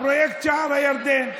פרויקט שער הירדן.